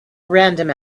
random